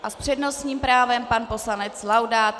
S přednostním právem pan poslanec Laudát.